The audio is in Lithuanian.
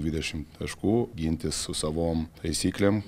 dvidešimt taškų gintis su savom taisyklėm